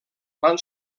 van